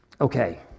Okay